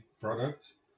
products